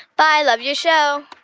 bye. love your show